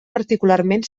particularment